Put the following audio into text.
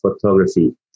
photography